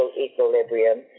equilibrium